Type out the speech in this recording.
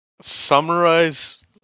summarize